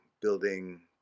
building